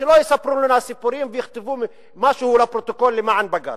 ושלא יספרו לנו סיפורים ויכתבו משהו לפרוטוקול למען בג"ץ.